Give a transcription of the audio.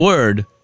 word